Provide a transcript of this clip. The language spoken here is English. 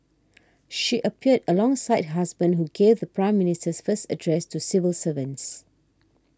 she appeared alongside her husband who gave the Prime Minister's first address to civil servants